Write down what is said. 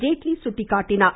ஜேட்லி சுட்டிக்காட்டினார்